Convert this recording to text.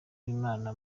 b’imana